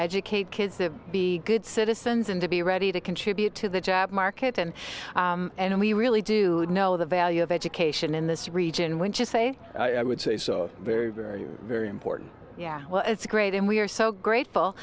educate kids to be good citizens and to be ready to contribute to the job market and and we really do know the value of education in this region when just say i would say so very very very important yeah well it's great and we're so grateful